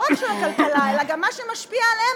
לא של הכלכלה אלא גם של מה שמשפיע עליהם.